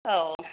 औ